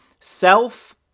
Self